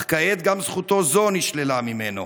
אך כעת גם זכותו זו נשללה ממנו.